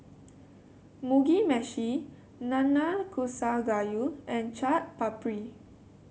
Mugi Meshi Nanakusa Gayu and Chaat Papri